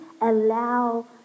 allow